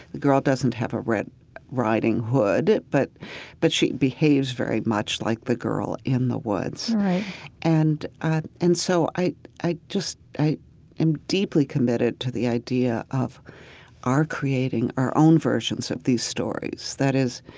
the girl doesn't have a red riding hood, but but she behaves very much like the girl in the woods right and ah and so i i just i am deeply committed to the idea of our creating our own versions of these stories. that is,